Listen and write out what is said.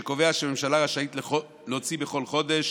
שקובע שהממשלה רשאית להוציא בכל חודש